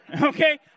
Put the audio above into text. Okay